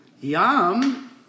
Yum